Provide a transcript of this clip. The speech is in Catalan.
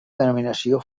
denominació